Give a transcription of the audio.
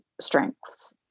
strengths